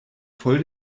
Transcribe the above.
voll